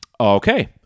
Okay